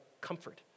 comfort